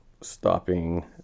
Stopping